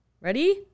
ready